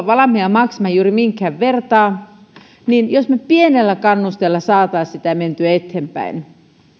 valmiita maksamaan juuri minkään vertaa mutta jos me pienellä kannusteella saisimme sitä menemään eteenpäin